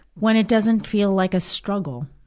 when it doesn't feel like a struggle,